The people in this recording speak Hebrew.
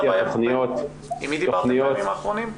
תכניות --- עם מי דיברת בימים האחרונים?